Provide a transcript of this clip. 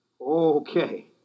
Okay